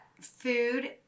food